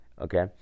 okay